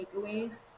takeaways